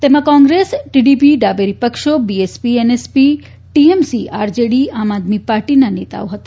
તેમાં કોંગ્રેસ ટીડીપી ડાબેરીપક્ષો BSP NCP TMC RJD Aam Aadmi પાર્ટીના નેતાઓ હતા